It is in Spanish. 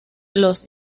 los